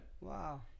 Wow